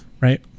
right